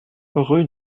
rue